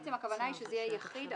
בעצם הכוונה היא שזה יהיה "יחיד,